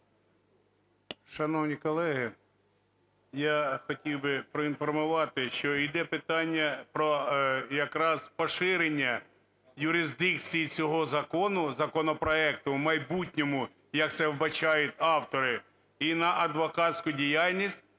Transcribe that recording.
Шановні колеги, я хотів би проінформувати, що іде питання про якраз поширення юрисдикції цього закону, законопроекту в майбутньому, як це вбачають автори, і на адвокатську діяльність